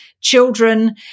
children